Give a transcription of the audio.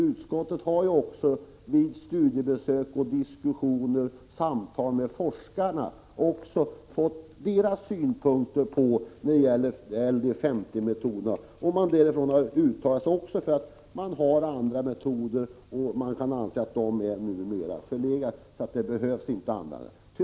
Utskottet har ju också vid studiebesök fört diskussioner och samtal med forskarna och tagit del av deras synpunkter när det gäller LD 50-metoden. De har uttalat att man också har andra metoder, att LD 50 numera kan anses vara förlegad och inte behöver användas.